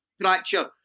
fracture